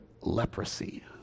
leprosy